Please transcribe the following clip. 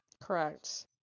correct